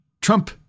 Trump